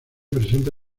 presenta